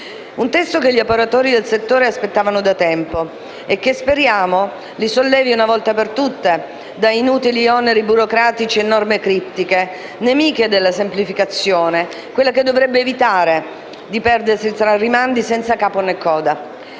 Un testo che gli operatori del settore aspettavano da tempo e che - speriamo - li sollevi una volta per tutte da inutili oneri burocratici e norme criptiche, nemiche della semplificazione, quella che dovrebbe evitare di perdersi tra rimandi senza capo né coda.